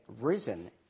risen